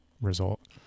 result